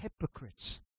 hypocrites